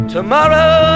Tomorrow